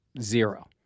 zero